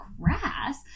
grass